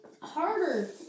harder